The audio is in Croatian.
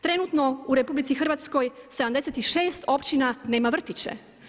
Trenutno u RH 76 općina nema vrtiće.